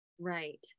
Right